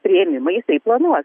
priėmimą jisai planuos